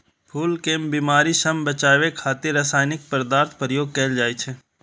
फूल कें बीमारी सं बचाबै खातिर रासायनिक पदार्थक प्रयोग कैल जाइ छै